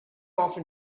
often